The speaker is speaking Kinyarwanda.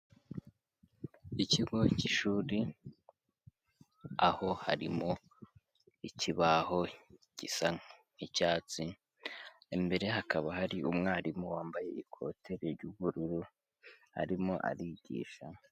Ikigo cy'ishuri aho harimo ikibaho gisa nk'icyatsi, imbere hakaba hari umwarimu wambaye ikote ry'ubururu, arimo arigisha.